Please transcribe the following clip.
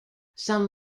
some